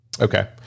Okay